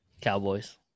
Cowboys